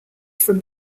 from